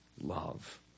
love